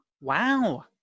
Wow